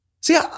See